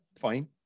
fine